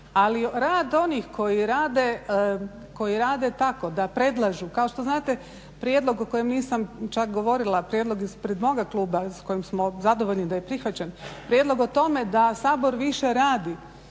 Ali, rad onih koji rade tako da predlažu, kao što znate prijedlog o kojem nisam čak govorila, prijedlog ispred moga kluba s kojim smo zadovoljni da je prihvaćen, prijedlog o tome da Sabor više radi,